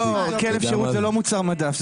כלב שירות זה לא מוצר מדף,